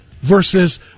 versus